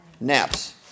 Naps